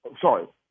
Sorry